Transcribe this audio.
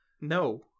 No